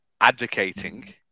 advocating